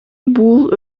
бул